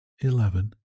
eleven